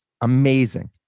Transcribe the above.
amazing